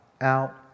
out